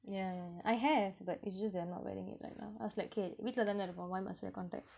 yeah I have but it's just that I'm not wearing it right now I was like K வீட்டுலதான இருக்கோம்:veetulathaana irukkom must wear contacts